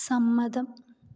സമ്മതം